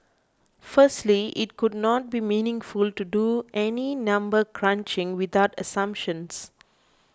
firstly it could not be meaningful to do any number crunching without assumptions